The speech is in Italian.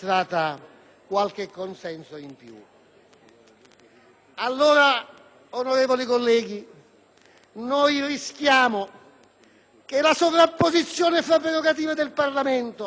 Allora, onorevoli colleghi, rischiamo che la sovrapposizione delle prerogative del Parlamento in sede di autorizzazione a procedere